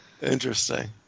Interesting